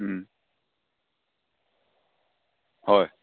হয়